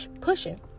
pushing